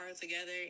together